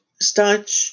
start